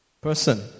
person